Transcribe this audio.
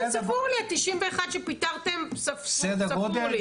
כן, ספור לי ה-91 שפיטרתם ספור לי.